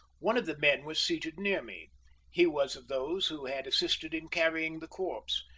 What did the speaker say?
one of the men was seated near me he was of those who had assisted in carrying the corpse,